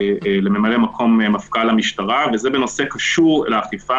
לממלא-מקום מפכ"ל המשטרה, וזה בנושא שקשור לאכיפה.